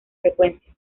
frecuencia